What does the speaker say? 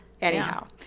anyhow